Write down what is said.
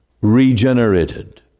regenerated